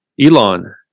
Elon